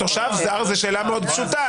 תושב זר זה שאלה מאוד פשוטה.